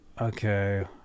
Okay